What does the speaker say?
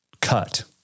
cut